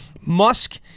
Musk